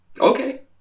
Okay